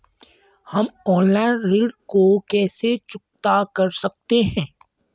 हम ऑनलाइन ऋण को कैसे चुकता कर सकते हैं?